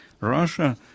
Russia